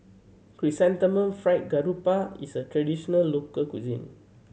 Chrysanthemum Fried Garoupa is a traditional local cuisine